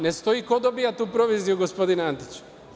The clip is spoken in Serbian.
Ne stoji ko dobija tu proviziju gospodine Antiću.